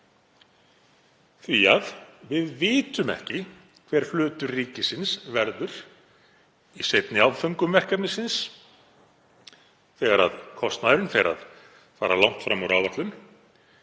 því að við vitum ekki hver hlutur ríkisins verður í seinni áföngum verkefnisins þegar kostnaðurinn fer að fara langt fram úr áætlun